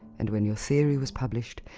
and, when your theory was published,